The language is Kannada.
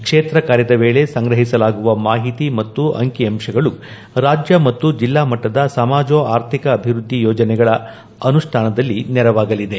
ಕ್ಷೇತ್ರ ಕಾರ್ಯದ ವೇಳಿ ಸಂಗ್ರಹಿಸಲಾಗುವ ಮಾಹಿತಿ ಮತ್ತು ಅಂಕಿ ಅಂಶಗಳು ರಾಜ್ಯ ಮತ್ತು ಜಿಲ್ಲಾಮಟ್ವದ ಸಮಾಜೋ ಆರ್ಥಿಕ ಅಭಿವೃದ್ದಿ ಯೋಜನೆಗಳ ಅನುಷ್ಠಾನದಲ್ಲಿ ನೆರವಾಗಲಿದೆ